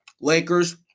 Lakers